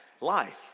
life